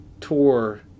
tour